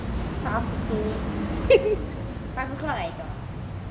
சாப்டுட்டு:saptutu eleven O clock ஆயிடும்:aayedum